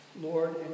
Lord